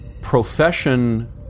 profession